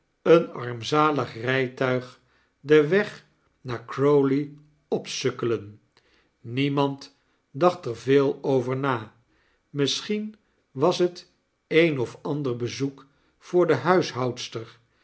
een armzalig rijtuig den weg naar crowley opsukkelen niemand dacht er veel over na misschien was het een of ander bezoek voor de